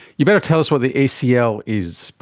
you'd better tell us what the acl is,